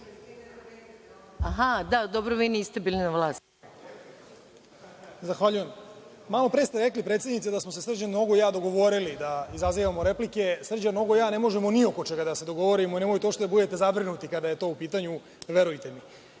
Balša Božović. **Balša Božović** Zahvaljujem. Malopre ste rekli, predsednice, da smo se Srđan Nogo i ja dogovorili da izazivamo replike. Srđan Nogo i ja ne možemo ni oko čega da se dogovorimo, nemojte uopšte da budete zabrinuti kada je to u pitanju, verujte